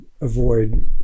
avoid